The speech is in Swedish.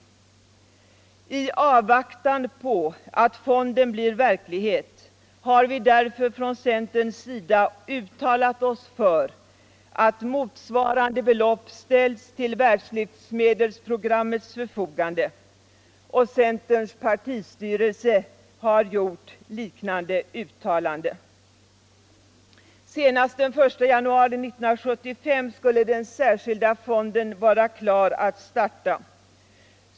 I avvaktan på att fonden blir verklighet har vi därför från centerns sida uttalat oss för att motsvarande belopp ställs till världslivsmedelsprogrammets, WFP:s förfogande.” Centerns partistyrelse har gjort liknande uttalanden. Senast den 1 januari 1975 skulle den särskilda fonden vara klar att starta.